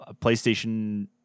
PlayStation